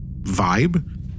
vibe